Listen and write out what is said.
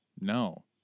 no